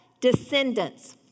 Descendants